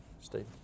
Steve